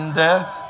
death